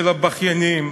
של הבכיינים,